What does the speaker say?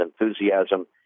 enthusiasm